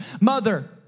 Mother